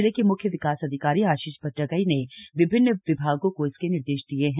जिले के म्ख्य विकास अधिकारी आशीष अट्टगाई ने विभिन्न विभागों को इसके निर्देश दिये हैं